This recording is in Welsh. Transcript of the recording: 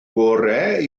gorau